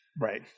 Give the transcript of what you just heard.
Right